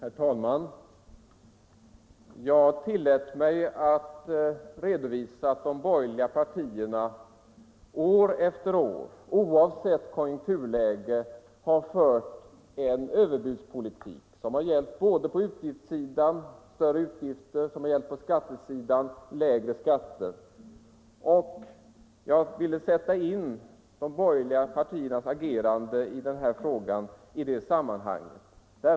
Herr talman! Jag tillät mig redovisa att de borgerliga partierna år efter år, oavsett konjunkturläge, har fört en överbudspolitik som har gällt både på utgiftssidan — högre utgifter — och på skattesidan — lägre skatter. Jag ville sätta in de borgerliga partiernas agerande i denna fråga i det sammanhanget.